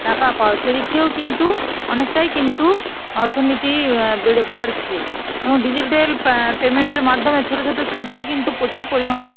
টাকা পায় সে দিক থেকেও কিন্তু অনেকটাই কিন্তু অর্থনীতি বেড়ে বাড়ছে এবং ডিজিটাল পেমেন্টের মাধ্যমে ছোটো ছোটো শিল্পও কিন্তু প্রচুর পরিমাণে